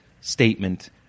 statement